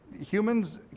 humans